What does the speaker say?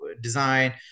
design